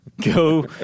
go